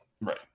Right